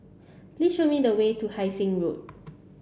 please show me the way to Hai Sing Road